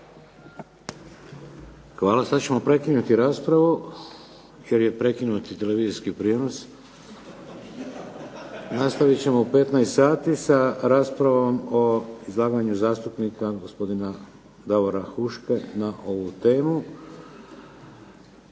Hvala. Sada ćemo prekinuti raspravu, jer je prekinut i televizijski prijenos. Nastavit ćemo u 15. sati sa raspravom o izlaganju zastupnika gospodina Davora HUške na ovu temu.